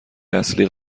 اصلی